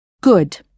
Good